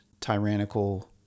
tyrannical